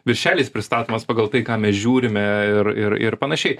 viršeliais pristatomas pagal tai ką mes žiūrime ir ir ir panašiai